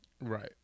Right